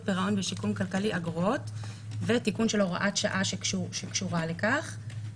פירעון ושיקום כלכלי אגרות ותיקון של הוראת שעה שקשורה לכך,